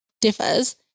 differs